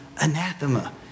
Anathema